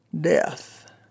death